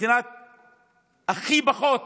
מבחינה זו שהכי פחות